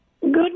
Good